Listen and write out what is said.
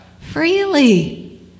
freely